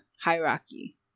hierarchy